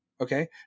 Okay